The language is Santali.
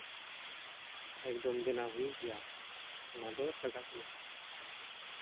ᱮᱠᱫᱚᱢ ᱵᱮᱱᱟᱣ ᱦᱩᱭᱩᱜ ᱜᱮᱭᱟ ᱚᱱᱟ ᱫᱚ ᱞᱟᱜᱟᱜ ᱜᱮᱭᱟ